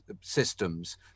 systems